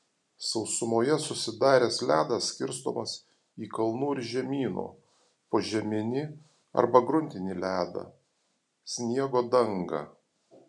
sausumoje susidaręs ledas skirstomas į kalnų ir žemynų požeminį arba gruntinį ledą sniego dangą